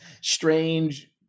strange